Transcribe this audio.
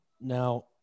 now